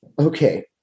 okay